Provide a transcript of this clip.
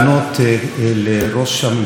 לו שאני יודע לפרגן גם על ההישגים,